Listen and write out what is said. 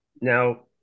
Now